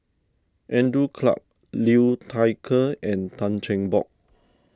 Andrew Clarke Liu Thai Ker and Tan Cheng Bock